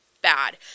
Bad